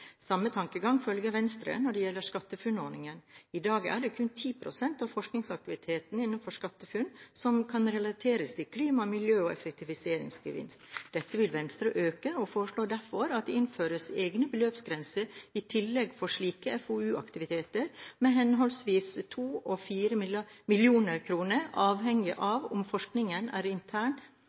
Samme tankegang følger Venstre når det gjelder SkatteFUNN-ordningen. I dag er det kun 10 pst. av forskningsaktiviteten innenfor SkatteFUNN som kan relateres til klima-, miljø- og effektiviseringsgevinst. Dette vil Venstre øke og foreslår derfor at det innføres egne beløpsgrenser i tillegg for slike FoU-aktiviteter, med henholdsvis 2 mill. kr og 4 mill. kr, avhengig av om forskningen er intern